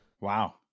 Wow